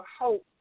hope